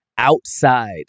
outside